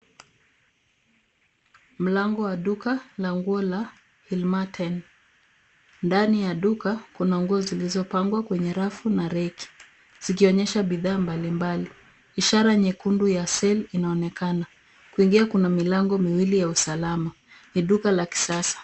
Mlango wa duka la nguo la Hillmarten. Ndani ya duka, kuna nguo zilizopangwa kwenye rafu na reki zikionyesha bidhaa mbalimbali. Ishara nyekundu ya sale inaonekana. Kuingia kuna milango miwili ya usalama. Ni duka la kisasa.